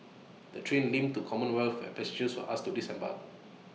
the train limped to commonwealth where passengers were asked to disembark